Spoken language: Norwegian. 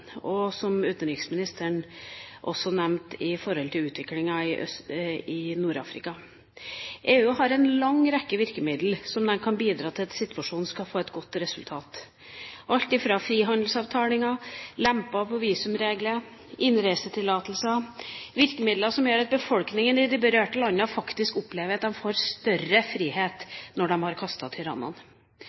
og også det som utenriksministeren nevnte i forhold til utviklingen i Nord-Afrika. EU har en lang rekke virkemidler som kan bidra til at situasjonen skal få et godt resultat, alt fra frihandelsavtaler til lemping av visumregler og innreisetillatelser, virkemidler som gjør at befolkningen i de berørte landene faktisk opplever at de får større frihet når de har kastet tyrannene.